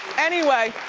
anyway,